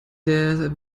der